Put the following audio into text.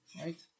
right